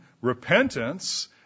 repentance